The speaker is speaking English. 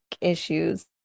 issues